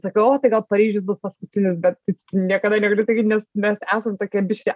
sakau tai gal paryžius bus paskutinis bet niekada negaliu sakyt nes mes esam tokie biškį